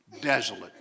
desolate